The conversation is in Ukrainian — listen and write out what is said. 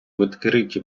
відкриті